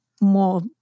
more